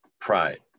pride